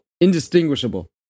indistinguishable